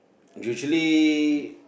usually